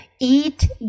eat